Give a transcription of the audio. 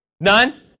None